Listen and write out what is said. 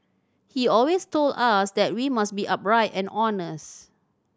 he always told us that we must be upright and honest